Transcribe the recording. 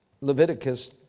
Leviticus